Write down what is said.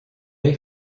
haye